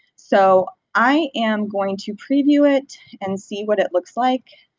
so, i am going to preview it and see what it looks like,